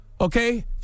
Okay